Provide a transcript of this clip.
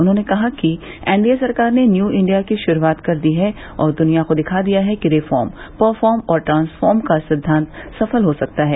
उन्होंने कहा कि एनडीए सरकार ने न्यू इंडिया की शुरूआत कर दी है और दुनिया को दिखा दिया है कि रिफार्म परफार्म और ट्रासफार्म का सिद्वांत सफल हो सकता है